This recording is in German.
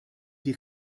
die